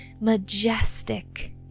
majestic